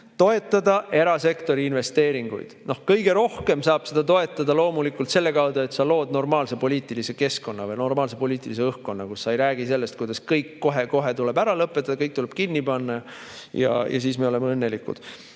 toetada erasektori investeeringuid. Kõige rohkem saab neid toetada loomulikult selle kaudu, et sa lood normaalse poliitilise keskkonna või normaalse poliitilise õhkkonna, kus sa ei räägi sellest, kuidas kõik kohe-kohe tuleb ära lõpetada, kõik tuleb kinni panna ja siis me oleme õnnelikud.